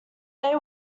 they